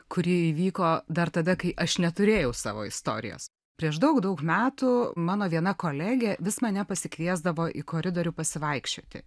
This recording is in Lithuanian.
kuri įvyko dar tada kai aš neturėjau savo istorijos prieš daug daug metų mano viena kolegė vis mane pasikviesdavo į koridorių pasivaikščioti